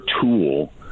tool